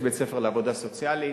יש בית-ספר לעבודה סוציאלית,